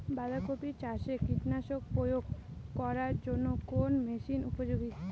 বাঁধা কপি চাষে কীটনাশক প্রয়োগ করার জন্য কোন মেশিন উপযোগী?